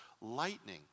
Lightning